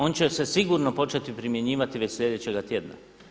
On će se sigurno početi primjenjivati već sljedećega tjedna.